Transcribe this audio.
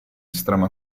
estrema